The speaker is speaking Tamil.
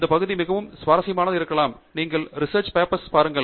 இந்த பகுதி மிகவும் சுவாரஸ்யமானதாக இருக்கலாம் நீங்கள் ரிசெர்ச் பபெர்ஸ் பாருங்கள்